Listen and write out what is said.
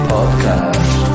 Podcast